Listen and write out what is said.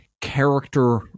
character